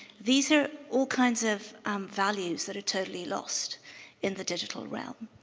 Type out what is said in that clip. these are all kinds of values that are totally lost in the digital realm.